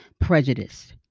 prejudice